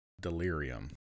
Delirium